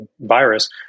virus